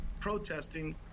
protesting